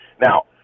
Now